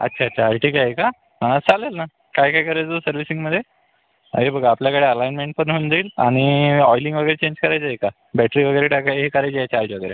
अच्छा अच्छा अर्टिगा आहे का हां चालेल ना काय काय करायचं सर्व्हिसिंगमध्ये हे बघा आपल्या गाड्या अलाईनमेंट पण होऊन जाईल आणि ऑईलिंग वगैरे चेंज करायचं आहे का बॅटरी वगैरे टाकाय हे करायची आहे चार्ज वगैरे